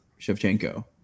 Shevchenko